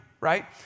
right